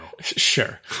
Sure